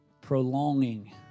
prolonging